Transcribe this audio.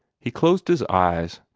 he closed his eyes,